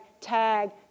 tag